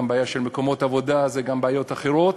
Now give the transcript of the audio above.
גם בעיה של מקומות עבודה וגם בעיות אחרות,